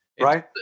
Right